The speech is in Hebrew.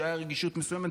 כשהייתה רגישות מסוימת,